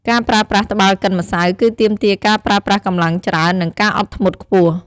ការប្រើប្រាស់ត្បាល់កិនម្សៅ គឺទាមទារការប្រើប្រាស់កម្លាំងច្រើន និងការអត់ធ្មត់ខ្ពស់។